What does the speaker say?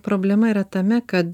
problema yra tame kada